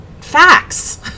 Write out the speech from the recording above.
facts